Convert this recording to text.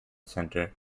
centre